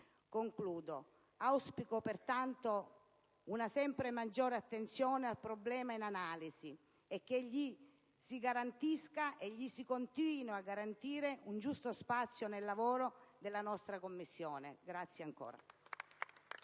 particolare. Auspico, pertanto, una sempre maggiore attenzione al problema in analisi e che gli si garantisca e gli si continui a garantire un giusto spazio nel lavoro della nostra Commissione. *(Applausi